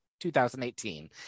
2018